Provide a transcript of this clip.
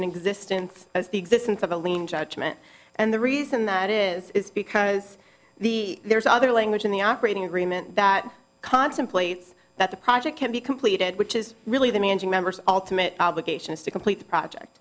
an existence as the existence of a lien judgment and the reason that is is because the there's other language in the operating agreement that contemplates that the project can be completed which is really the nanjing members ultimate obligations to complete the project